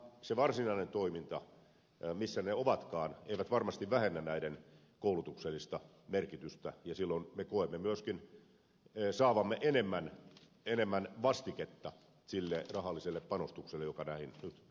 se varsinainen toiminta missä ne ovatkaan ei varmasti vähennä näiden koulutuksellista merkitystä ja silloin me koemme myöskin saavamme enemmän vastiketta sille rahalliselle panostukselle joka näihin nyt asetetaan